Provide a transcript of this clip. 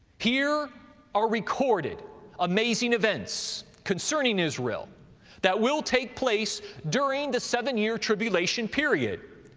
here are recorded amazing events concerning israel that will take place during the seven-year tribulation period,